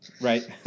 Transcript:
Right